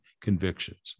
convictions